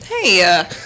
Hey